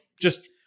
Just-